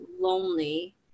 lonely